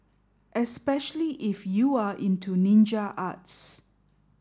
especially if you are into ninja arts